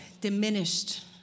diminished